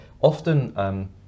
Often